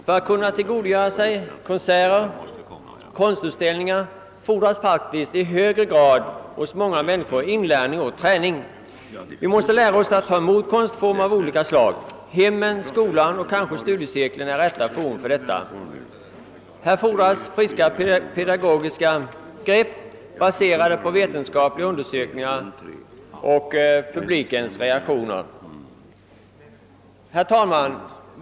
För att kunna tillgodogöra sig konserter och konstutställningar fordras faktiskt hos många människor inlärning och träning. Vi måste lära oss att ta emot konstformer av olika slag. Hemmen, skolan och kanske studiecirkeln är rätt forum för detta. Här fordras friska pedagogiska grepp, baserade på vetenskapliga undersökningar av publikens reaktioner. Herr talman!